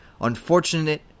Unfortunate